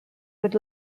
would